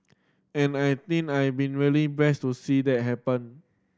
and I think I've been really blessed to see that happen